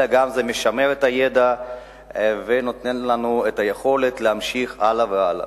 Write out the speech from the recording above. אלא זה גם משמר את הידע ונותן לנו את היכולת להמשיך הלאה והלאה.